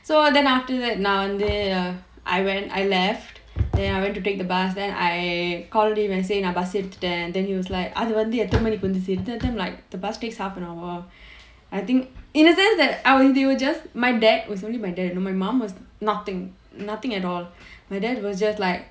so then after that நான் வந்து:naan vanthu I went I left then I went to take the bus then I called him and say நான்:naan bus எடுத்துட்டேன்:eduthuttaen then he was like அது வந்து எத்தின மணிக்கு வந்து சேரும்:adhu vanthu ethina manikku vanthu serum then I was like the bus takes half an hour I think in a sense that our they were just my dad was only my dad you know my mum was nothing nothing at all my dad was just like